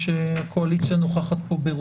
כשהוא עוסק בנהלי כניסה